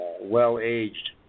well-aged